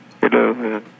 Hello